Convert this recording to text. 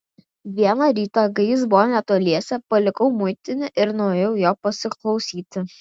vieną rytą kai jis buvo netoliese palikau muitinę ir nuėjau jo pasiklausyti